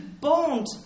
bond